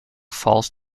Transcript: falls